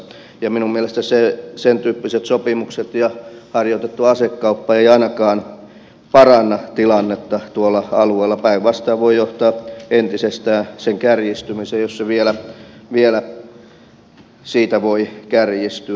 ja minun mielestäni sentyyppiset sopimukset ja harjoitettu asekauppa eivät ainakaan paranna tilannetta tuolla alueella päinvastoin voivat johtaa entisestään sen kärjistymiseen jos se vielä siitä voi kärjistyä